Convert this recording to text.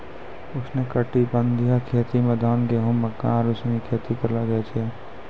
उष्णकटिबंधीय खेती मे धान, गेहूं, मक्का आरु सनी खेती करलो जाय छै